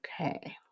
Okay